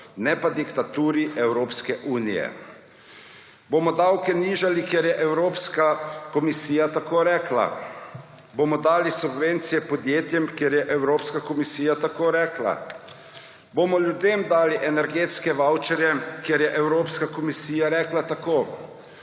ne pa diktaturi Evropske unije. Bomo davke nižali, ker je Evropska komisija tako rekla? Bomo dali subvencije podjetjem, ker je Evropska komisija tako rekla? Bomo ljudem dali energetske vavčerje, ker je Evropska komisija rekla tako?